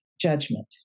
judgment